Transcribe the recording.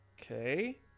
Okay